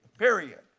period.